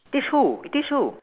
teach who you teach who